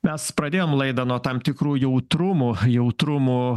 mes pradėjom laidą nuo tam tikrų jautrumų jautrumų